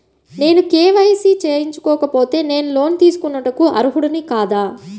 నేను కే.వై.సి చేయించుకోకపోతే నేను లోన్ తీసుకొనుటకు అర్హుడని కాదా?